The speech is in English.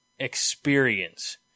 experience